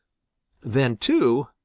then, too,